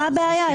מהי הבעיה?